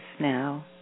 now